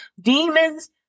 demons